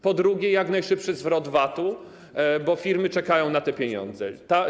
Po drugie, jak najszybszy zwrot VAT-u, bo firmy czekają na te pieniądze.